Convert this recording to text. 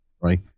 right